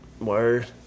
Word